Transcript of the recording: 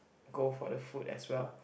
go for the food as well